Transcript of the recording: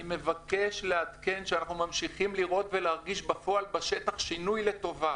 "אני מבקש לעדכן שאנחנו ממשיכים לראות ולהרגיש בפועל בשטח שינוי לטובה,